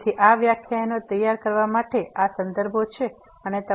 તેથી આ વ્યાખ્યાનો તૈયાર કરવા માટે આ સંદર્ભો છે અને